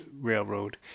railroad